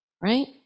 right